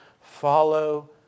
follow